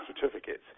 certificates